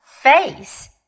face